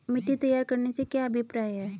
मिट्टी तैयार करने से क्या अभिप्राय है?